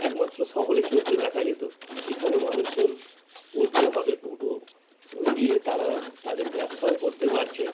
একমাত্র শহরে চলতে দেখা যেতো এখানে মানুষজন ওর প্রভাবে টোটো ও নিজে তারা তাদের ব্যবসাও করতে পারছে